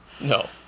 No